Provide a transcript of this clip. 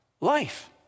life